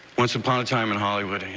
once upon a time in hollywood,